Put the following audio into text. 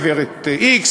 גברת x,